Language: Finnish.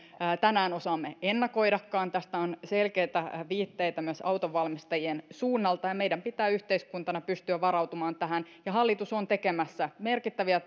tänään osaamme ennakoidakaan tästä on selkeitä viitteitä myös autonvalmistajien suunnalta ja meidän pitää yhteiskuntana pystyä varautumaan tähän hallitus on tekemässä merkittäviä